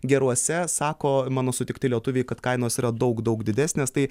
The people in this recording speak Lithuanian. geruose sako mano sutikti lietuviai kad kainos yra daug daug didesnės tai